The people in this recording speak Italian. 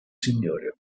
signore